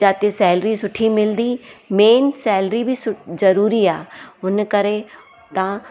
जिते सैलरी सुठी मिलंदी मेन सैलरी बि सुठी ज़रूरी आहे उन करे तव्हां